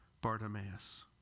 Bartimaeus